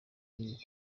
iyi